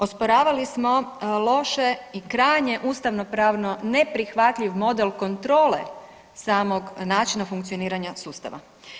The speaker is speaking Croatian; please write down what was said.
Osporavali smo loše i krajnje ustavnopravno neprihvatljiv model kontrole samog načina funkcioniranja sustava.